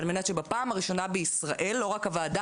על מנת שבפעם הראשונה בישראל לא רק הוועדה